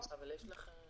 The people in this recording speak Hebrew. יש עוד משהו?